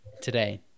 today